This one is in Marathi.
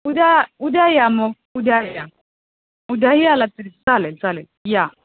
उद्या उद्या या मग उद्या या उद्याही आला तरी चालेल चालेल या